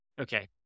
okay